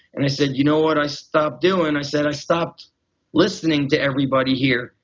and i said, you know what i stopped doing? i said, i stopped listening to everybody here.